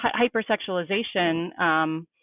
Hypersexualization